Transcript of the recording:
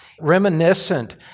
reminiscent